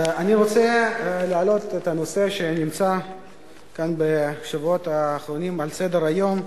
אני רוצה להעלות את הנושא שנמצא כאן בשבועות האחרונים על סדר-היום,